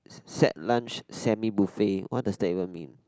set lunch semi buffet what does that even mean